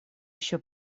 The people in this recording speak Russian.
еще